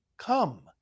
Come